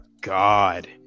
God